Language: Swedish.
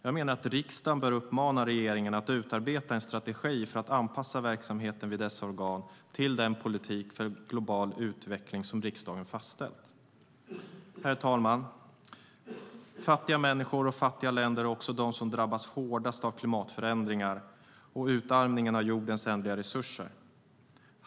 Jag menar att riksdagen bör uppmana regeringen att utarbeta en strategi för att anpassa verksamheten vid dessa organ till den politik för global utveckling som riksdagen fastställt. Herr talman! Fattiga människor och fattiga länder är också de som drabbas hårdast av klimatförändringarna och utarmningen av jordens ändliga resurser.